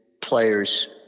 players